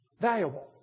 valuable